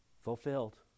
Fulfilled